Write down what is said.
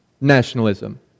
nationalism